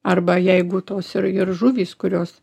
arba jeigu tos ir ir žuvys kurios